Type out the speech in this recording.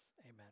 Amen